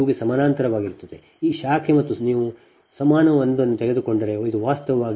2 ಗೆ ಸಮಾನಾಂತರವಾಗಿರುತ್ತದೆ ಈ ಶಾಖೆ ಮತ್ತು ನೀವು ಸಮಾನ 1 ಅನ್ನು ತೆಗೆದುಕೊಂಡರೆ ಇದು ವಾಸ್ತವವಾಗಿ j 0